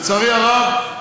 לצערי הרב,